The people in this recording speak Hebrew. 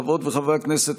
חברות וחברי הכנסת,